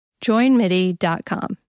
Joinmidi.com